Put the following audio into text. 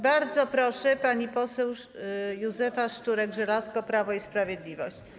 Bardzo proszę, pani poseł Józefa Szczurek-Żelazko, Prawo i Sprawiedliwość.